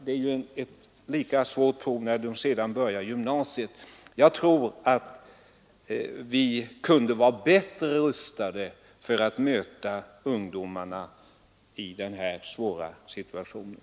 Det är ju ett lika svårt problem när ungdomarna sedan börjar i gymnasiet. Jag tror att vi kunde vara bättre rustade för att möta ungdomarna i den här svåra situationen.